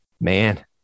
Man